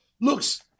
looks